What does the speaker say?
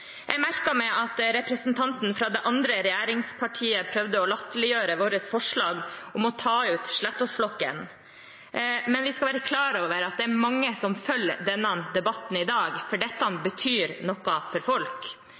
Jeg merket meg at representanten fra det andre regjeringspartiet prøvde å latterliggjøre vårt forslag om å ta ut Slettås-flokken, men vi skal være klar over at det er mange som følger denne debatten i dag, for dette betyr noe for folk.